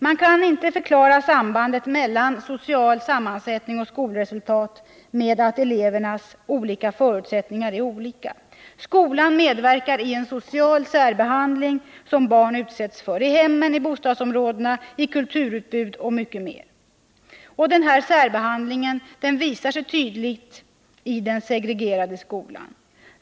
Man kan inte förklara sambandet mellan social sammansättning och skolresultat med att elevernas förutsättningar är olika. Skolan medverkar i en social särbehandling som barn utsätts för, i hemmen, i bostadsområdena, i kulturutbud och mycket mera. Den här särbehandlingen visar sig tydligt i den segregerade skolan.